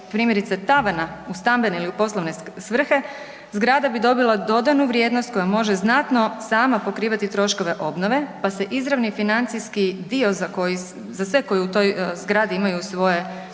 primjerice tavana u stambene ili u poslovne svrhe, zgrada bi dobila dodanu vrijednost kojom može znatno sama pokrivati troškove obnove pa se izravni financijski dio za koji, za sve koji u toj zgradi imaju svoje